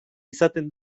izaten